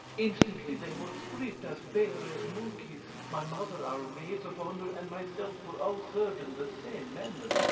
instantly they were stripped as bare as monkeys my mother, our maids of honour, and myself were all served in the same manner.